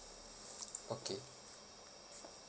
okay